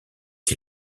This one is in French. qui